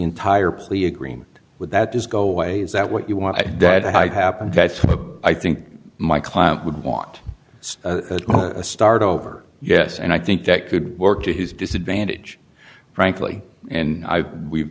entire plea agreement with that is go away is that what you want to do that how it happened that's what i think my client would want to start over yes and i think that could work to his disadvantage frankly and i we